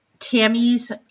Tammy's